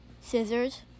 Scissors